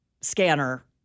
scanner –